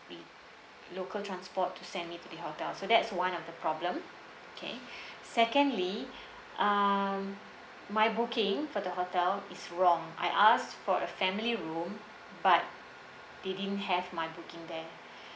the local transport to send me to the hotel so that's one of the problem okay secondly uh my booking for the hotel is wrong I ask for a family room but they didn't have my booking there